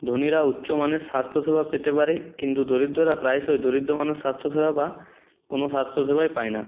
ধনীরা উচ্চমানের স্বাস্থ্যসেবা পেতে পারে কিন্তু দরিদ্ররা প্রায়শই দরিদ্র মানুষ স্বাস্থ্যসেবা বা কোনো স্বাস্থ্যসেবাই পায় না